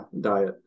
diet